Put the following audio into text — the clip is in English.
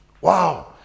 Wow